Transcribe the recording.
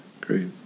Great